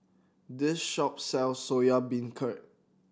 this shop sells Soya Beancurd